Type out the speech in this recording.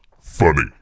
funny